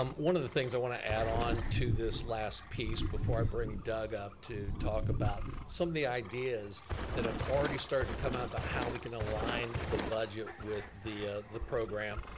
um one of the things i wanna add on to this last piece before i bring doug up to talk about some of the ideas that have already started to come up about how we can align the budget with the the program.